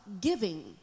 giving